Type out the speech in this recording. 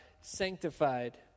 sanctified